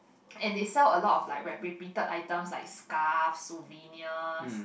and they sell a lot of like repi~ repeated items like scarves souvenirs